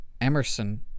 Emerson